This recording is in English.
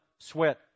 Sweat